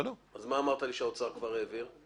מה אמרת לי שהאוצר כבר העביר?